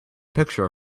picture